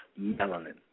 melanin